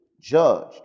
judged